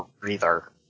breather